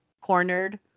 cornered